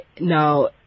Now